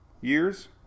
years